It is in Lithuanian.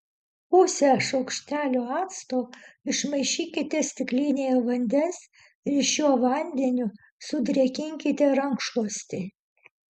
pusę šaukštelio acto išmaišykite stiklinėje vandens ir šiuo vandeniu sudrėkinkite rankšluostį